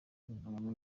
iminwa